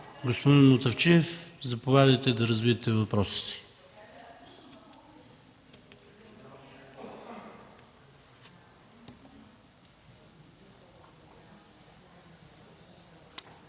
Господин Мутафчиев, заповядайте да развиете въпроса си.